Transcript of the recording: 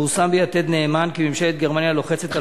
פורסם ב"יתד נאמן" כי ממשלת גרמניה לוחצת על